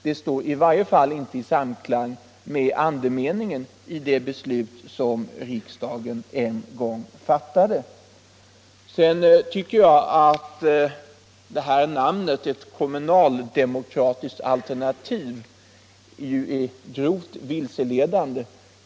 Det står i varje fall inte i samklang med andemeningen i det beslut som riksdagen en gång fattade. Vidare tycker jag att beteckningen ett kommunaldemokratiskt alternativ är grovt missledande.